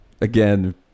again